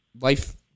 life